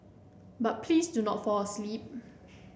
but please do not fall asleep